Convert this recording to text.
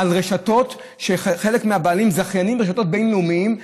על רשתות שחלק מהבעלים שלהן זכיינים של רשתות בין-לאומיות,